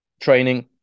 Training